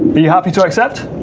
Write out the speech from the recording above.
but you happy to accept?